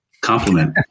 compliment